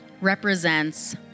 represents